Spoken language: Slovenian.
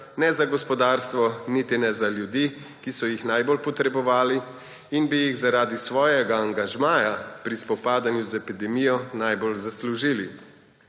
ne za gospodarstvo, ne za ljudi, ki so jih najbolj potrebovali in bi si jih zaradi svojega angažmaja pri spopadanju z epidemijo najbolj zaslužili.